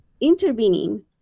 intervening